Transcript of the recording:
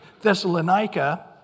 Thessalonica